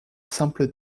simple